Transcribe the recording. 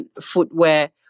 footwear